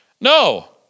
No